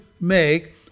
make